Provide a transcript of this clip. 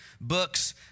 books